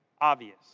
Obvious